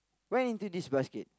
went into this basket